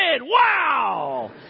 Wow